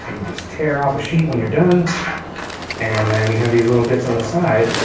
just tear off a sheet when you're done and then you have these little bits on the side.